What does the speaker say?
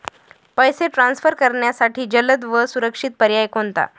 पैसे ट्रान्सफर करण्यासाठी जलद व सुरक्षित पर्याय कोणता?